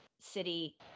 city